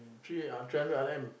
three uh three hundred R_M